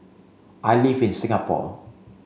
I live in Singapore